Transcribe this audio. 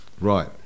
Right